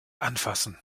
anfassen